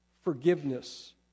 forgiveness